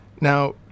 Now